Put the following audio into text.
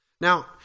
Now